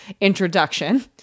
introduction